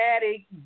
daddy